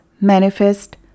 manifest